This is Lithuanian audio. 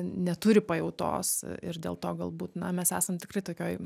neturi pajautos ir dėl to galbūt na mes esam tikrai tokioj